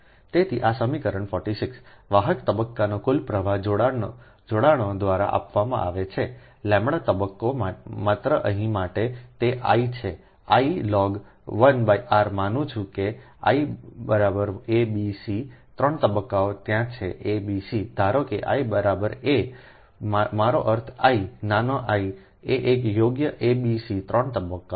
તેથી આ સમીકરણ 46વાહક તબક્કાના કુલ પ્રવાહ જોડાણો દ્વારા આપવામાં આવે છેʎતબક્કો માત્ર અહીં માટે તે I છેI લ ગ 1 r માનું છું કે I a b c 3 તબક્કાઓ ત્યાં છે a b c ધારો કે I a મારો અર્થ iનાના i આ એક યોગ્ય abc 3 તબક્કાઓ છે